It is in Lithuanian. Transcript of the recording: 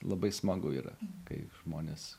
labai smagu yra kai žmonės